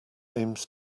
aims